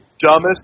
dumbest